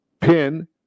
pin